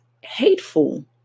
hateful